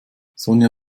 sonja